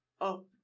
up